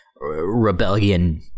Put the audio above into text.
rebellion